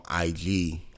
IG